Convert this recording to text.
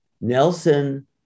Nelson